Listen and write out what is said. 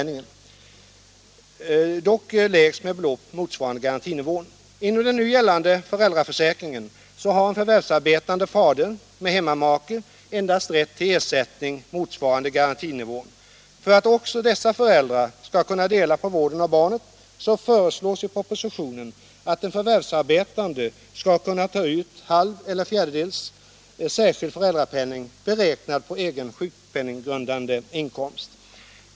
Inom den nu gällande för — Nr 133 äldraförsäkringen har en förvärvsarbetande fader med hemmamake en Tisdagen den dast rätt till ersättning motsvarande garantinivån. För att också dessa 17 maj 1977 föräldrar skall kunna dela på vården av barnet föreslås i propositionen = att den förvärvsarbetande skall kunna ta ut halv eller fjärdedels särskild = Föräldraförsäkringföräldrapenning beräknad på egen sjukpenninggrundande inkomst.